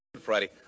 Friday